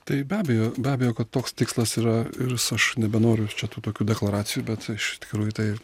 tai be abejo be abejo kad toks tikslas yra ir s aš nebenoriu čia tų tokių deklaracijų bet iš tikrųjų tai